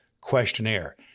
questionnaire